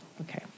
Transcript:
okay